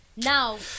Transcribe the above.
Now